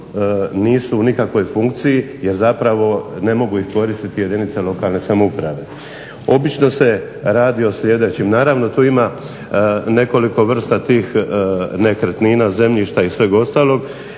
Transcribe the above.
nisu u nikakvoj funkciji jer zapravo ne mogu ih koristiti jedinice lokalne samouprave. Obično se radi o sljedećim, naravno tu ima nekoliko vrsta tih nekretnina, zemljišta i sveg ostalog